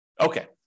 okay